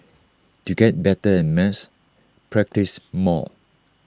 to get better at maths practise more